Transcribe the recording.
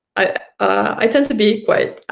i tend to be quite